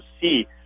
see